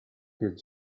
this